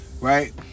right